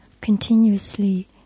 continuously